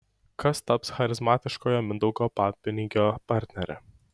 kas taps charizmatiškojo mindaugo papinigio partnere